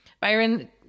Byron